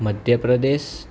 Madhya Pradesh